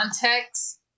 context